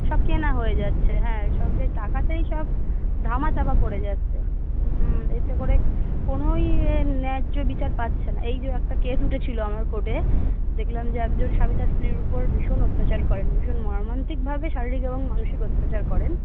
সব কেনা হয়ে যাচ্ছে হ্যাঁ সব জায়গায় টাকাতেই সব ধামাচাপা পড়ে যাচ্ছে হুম এতে করে কোনোই এর ন্যায্য বিচার পাচ্ছে না এই যে একটা কেস উঠেছিল আমার কোর্টে দেখলাম যে একজন স্বামী তার স্ত্রীর উপর ভীষণ অত্যাচার করেন ভীষণ মর্মান্তিকভাবে শারীরিক এবং মানসিক অত্যাচার করেন